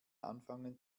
anfangen